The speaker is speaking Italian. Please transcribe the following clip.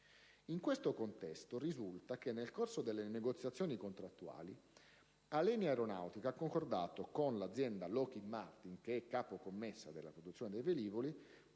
In questo contesto risulta che, nel corso delle negoziazioni contrattuali, la Alenia Aeronautica ha concordato con l'azienda Lockheed Martin, capo-commessa della produzione dei velivoli,